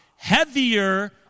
Heavier